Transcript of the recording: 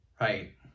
Right